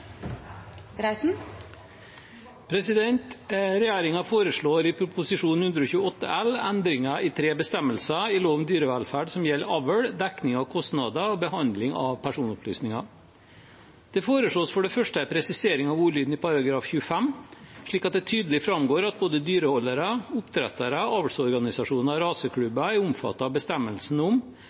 gjelder avl, dekning av kostnader og behandling av personopplysninger i lov om dyrevelferd. Det foreslås for det første en presisering av ordlyden i § 25 slik at det tydelig framgår at både dyreholdere, oppdrettere, avlsorganisasjoner og raseklubber er omfattet av bestemmelsen om